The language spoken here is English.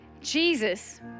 Jesus